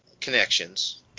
Connections